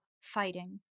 fighting